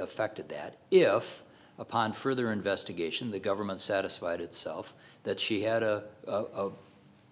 affected that if upon further investigation the government satisfied itself that she had a of